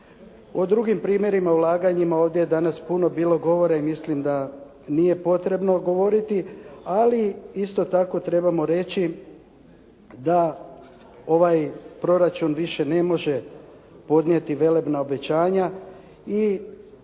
O drugim primjerima, ulaganjima je ovdje danas puno bilo govora i mislim da nije potrebno govoriti, ali isto tako trebamo reći da ovaj proračun više ne može podnijeti velebna obećanja i